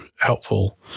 helpful